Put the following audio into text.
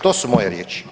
To su moje riječi.